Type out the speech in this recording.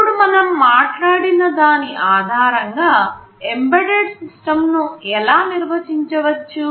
ఇప్పుడు మనం మాట్లాడిన దాని ఆధారం గా ఎంబెడెడ్ సిస్టమ్ను ఎలా నిర్వచించవచ్చు